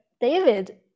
David